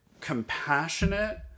compassionate